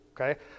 okay